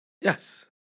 Yes